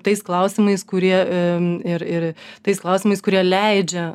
tais klausimais kurie ir ir tais klausimais kurie leidžia